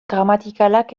gramatikalak